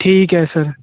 ਠੀਕ ਐ ਸਰ